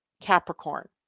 Capricorn